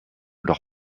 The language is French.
leur